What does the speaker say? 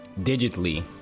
digitally